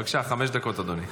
בבקשה, חמש דקות אדוני.